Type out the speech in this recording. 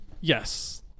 Yes